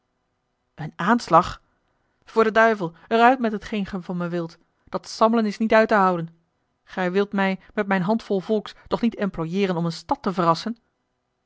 een aanslag voor den duivel er uit met hetgeen gij van mij wilt dat sammelen is niet uit te houden gij wilt mij met mijn handvol volks toch niet emploijeeren om eene stad te verrassen